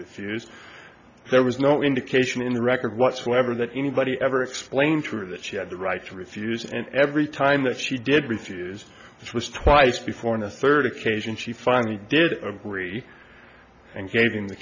refuse there was no indication in the record whatsoever that anybody ever explained to her that she had the right to refuse and every time that she did refuse it was twice before in a third occasion she finally did agree and gave him the